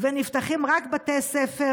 במבט לאחור,